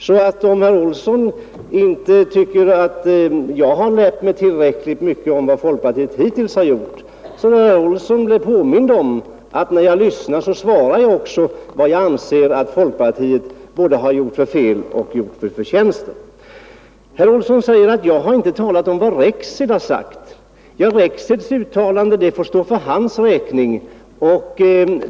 Herr Olsson tycker inte att jag har lärt mig tillräckligt mycket om vad folkpartiet hittills har gjort, men jag svarar med vad jag anser vara fel eller förtjänster i det som folkpartiet har gjort. Herr Olsson säger att jag inte har talat om vad Bror Rexed har sagt. Ja, Rexeds uttalanden får stå för hans räkning.